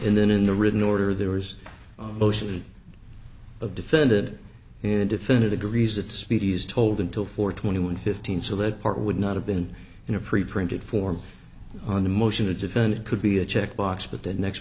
and then in the written order there was a motion of defended and defended agrees that speedy is told until four twenty one fifteen so that part would not have been in a preprinted form on the motion to defend it could be a checkbox but the next